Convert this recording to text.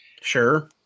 Sure